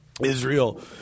Israel